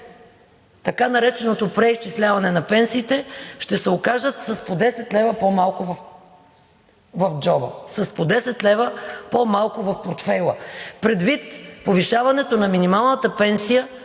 така нареченото преизчисляване на пенсиите ще се окажат с по 10 лв. по-малко в джоба, с по 10 лв. по-малко в портфейла, предвид повишаването на минималната пенсия